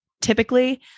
typically